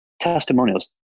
testimonials